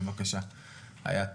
בבקשה איאת.